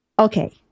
Okay